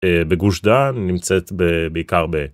בגוש דן נמצאת בעיקר ב.